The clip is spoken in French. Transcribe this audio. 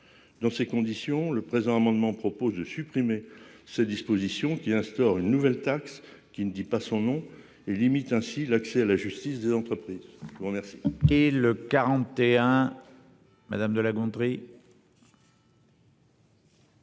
Dans ces conditions le présent amendement propose de supprimer cette disposition qui instaure une nouvelle taxe qui ne dit pas son nom et limite ainsi l'accès à la justice des entreprises vous remercier.